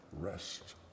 rest